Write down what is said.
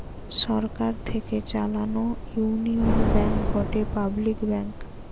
সরকার থেকে চালানো Union Bank গটে পাবলিক ব্যাঙ্ক